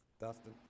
Dustin